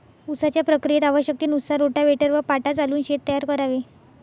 उसाच्या प्रक्रियेत आवश्यकतेनुसार रोटाव्हेटर व पाटा चालवून शेत तयार करावे